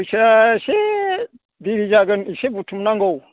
फैसाया एसे दिरि जागोन एसे बुथुम नांगौ